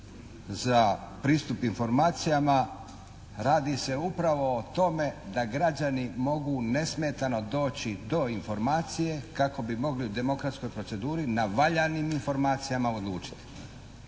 za pristup informacijama radi se upravo o tome da građani mogu nesmetano doći do informacije kako bi mogli u demokratskoj proceduri na valjanim informacijama odlučiti.